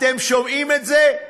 אתם שומעים את זה?